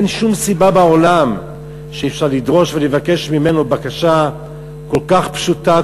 אין שום סיבה בעולם שאי-אפשר לדרוש ולבקש ממנו בקשה כל כך פשוטה,